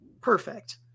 perfect